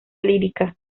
lírica